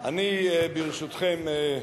אני, ברשותכם,